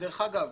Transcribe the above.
שדרך אגב,